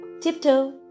Tiptoe